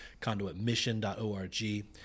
conduitmission.org